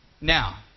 Now